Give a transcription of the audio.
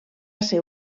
ser